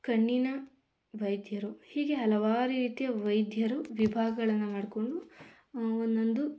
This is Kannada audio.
ಕಣ್ಣಿನ ವೈದ್ಯರು ಹೀಗೆ ಹಲವಾರು ರೀತಿಯ ವೈದ್ಯರು ವಿಭಾಗಗಳನ್ನು ಮಾಡಿಕೊಂಡು ಒಂದೊಂದು